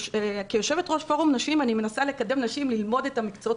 כיושבת ראש פורום נשים אני מנסה לקדם נשים ללמוד את המקצועות